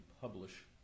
publish